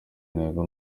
intego